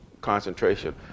concentration